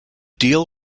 deal